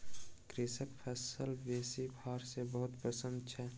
कृषक फसिल बेसी भार सॅ बहुत प्रसन्न छल